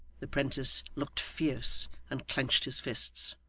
the prentice looked fierce and clenched his fists.